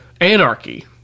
anarchy